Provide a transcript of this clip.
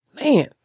Man